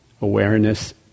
Awareness